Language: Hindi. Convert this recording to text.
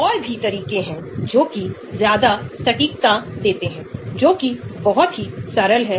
Barbiturates उनके पास एक log p लगभग 2 है तो यह संख्या काफी दिलचस्प है